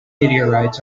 meteorites